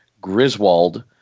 Griswold